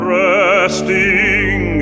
resting